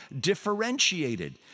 differentiated